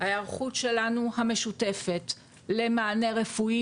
ההיערכות המשותפת שלנו למענה רפואי,